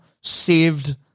saved